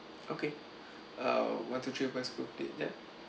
okay uh one two three west grove yeah